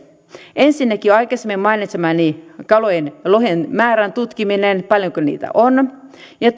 ensinnäkin jo aikaisemmin mainitsemani lohen määrän tutkiminen paljonko niitä on ja